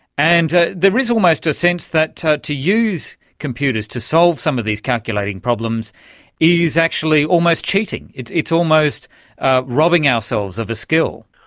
and there is almost a sense that to to use computers, to solve some of these captivating problems is actually almost cheating, it's it's almost ah robbing ourselves of a skill.